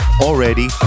already